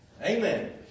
Amen